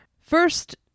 First